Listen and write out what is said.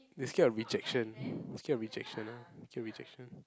you scared of rejection scared of rejection ah scared of rejection